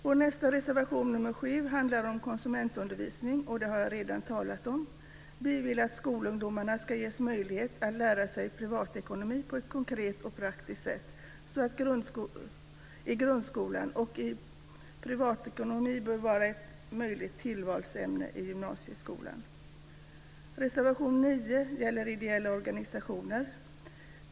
Vår nästa reservation, nr 7, handlar om konsumentundervisning, och det har jag redan talat om. Vi vill att skolungdomar ska ges möjlighet att lära sig privatekonomi på ett konkret och praktiskt sätt i grundskolan och att privatekonomi bör vara ett möjligt tillvalsämne i gymnasieskolan. Reservation nr 9 gäller ideella organisationer.